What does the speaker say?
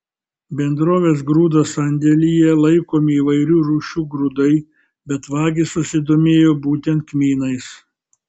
bendrovės grūdas sandėlyje laikomi įvairių rūšių grūdai bet vagys susidomėjo būtent kmynais